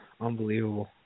unbelievable